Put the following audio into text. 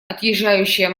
отъезжающая